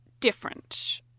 different